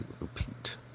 repeat